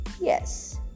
Yes